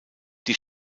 die